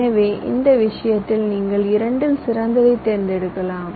எனவே இந்த விஷயத்தில் நீங்கள் இரண்டில் சிறந்ததை தேர்ந்தெடுக்கலாம்